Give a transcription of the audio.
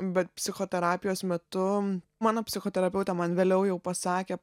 bet psichoterapijos metu mano psichoterapeutė man vėliau jau pasakė